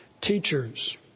teachers